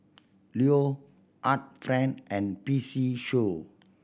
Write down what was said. Leo Art Friend and P C Show